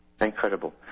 Incredible